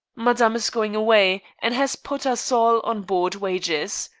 madame is going away, and has put us all on board wages.